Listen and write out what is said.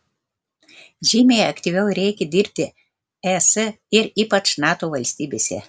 žymiai aktyviau reikia dirbti es ir ypač nato valstybėse